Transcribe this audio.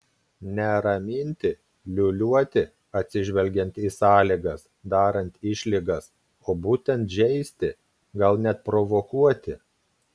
ne raminti liūliuoti atsižvelgiant į sąlygas darant išlygas o būtent žeisti gal net provokuoti